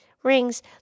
Rings